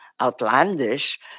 outlandish